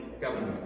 government